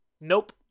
Nope